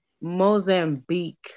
Mozambique